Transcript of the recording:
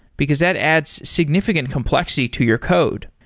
because that adds significant complexity to your code.